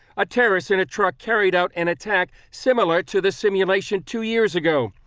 a terrorist in a truck carried out an attack similar to the simulation two years ago.